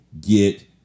get